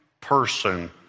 person